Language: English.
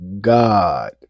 God